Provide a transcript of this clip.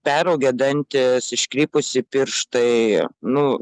peraugę dantys iškrypusi pirštai nu